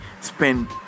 spend